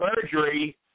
surgery